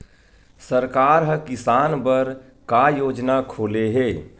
सरकार ह किसान बर का योजना खोले हे?